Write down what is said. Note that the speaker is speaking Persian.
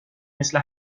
مثل